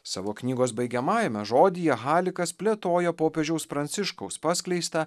savo knygos baigiamajame žodyje halikas plėtoja popiežiaus pranciškaus paskleistą